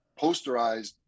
posterized